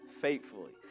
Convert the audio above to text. faithfully